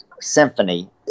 symphony